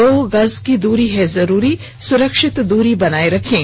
दो गज की दूरी है जरूरी सुरक्षित दूरी बनाए रखें